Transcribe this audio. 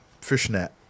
fishnet